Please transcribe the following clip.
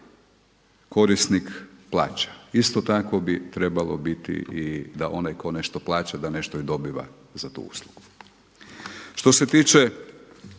korisnik plaća. Isto tako bi trebalo biti i da onaj tko nešto plaća da nešto i dobiva za tu uslugu.